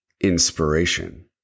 inspiration